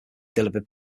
delivered